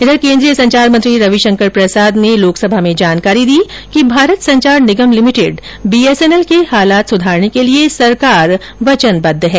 वहीं केन्द्रीय संचार मंत्री रवि शंकर प्रसाद ने आज लोकसभा में जानकारी दी कि भारत संचार निगम लिमिटेड बीएसएनएल के हालात सुधारने के लिए सरकार प्रयासरत है